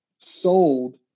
sold